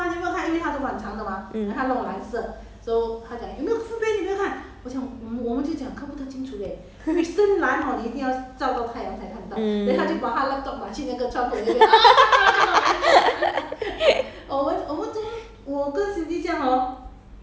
cannot see right mm mm